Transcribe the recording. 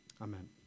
Amen